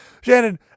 Shannon